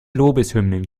lobeshymnen